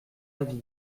avis